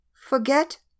Forget